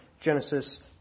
Genesis